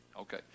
Okay